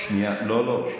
לא, לא.